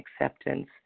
acceptance